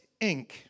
Inc